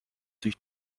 sich